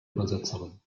übersetzerin